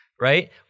right